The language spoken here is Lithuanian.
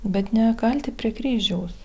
bet ne kalti prie kryžiaus